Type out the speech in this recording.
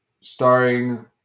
Starring